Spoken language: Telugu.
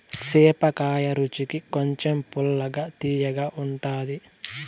సేపకాయ రుచికి కొంచెం పుల్లగా, తియ్యగా ఉంటాది